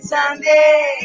Sunday